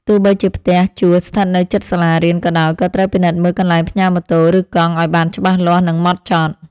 ទោះបីជាផ្ទះជួលស្ថិតនៅជិតសាលារៀនក៏ដោយក៏ត្រូវពិនិត្យមើលកន្លែងផ្ញើម៉ូតូឬកង់ឱ្យបានច្បាស់លាស់និងហ្មត់ចត់។